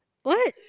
what